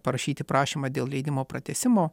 parašyti prašymą dėl leidimo pratęsimo